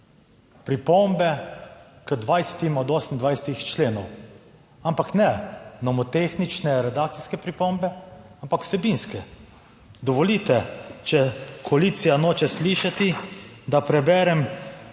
Pripombe k 20 od 28 členov, ampak ne nomotehnične, redakcijske pripombe, pač pa vsebinske. Dovolite, če koalicija noče slišati, da preberem